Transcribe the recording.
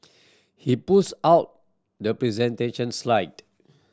he pulls out the presentation slide